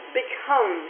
become